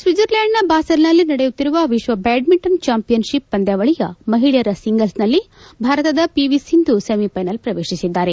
ಸ್ವಿಟ್ಟರ್ಲ್ಯಾಂಡ್ನ ಬಾಸೆಲ್ನಲ್ಲಿ ನಡೆಯುತ್ತಿರುವ ವಿಶ್ವ ಬ್ಯಾಡ್ಮೀಂಟನ್ ಚಾಂಪಿಯನ್ ಶಿಪ್ ಪಂದ್ಯಾವಳಿಯ ಮಹಿಳೆಯರ ಸಿಂಗಲ್ಸ್ನಲ್ಲಿ ಭಾರತದ ಪಿ ವಿ ಸಿಂಧು ಸೆಮಿಫೈನಲ್ ಪ್ರವೇಶಿಸಿದ್ದಾರೆ